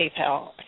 PayPal